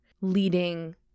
leading